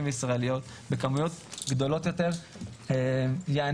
וישראליות בכמויות גדולות יותר ייענה,